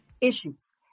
issues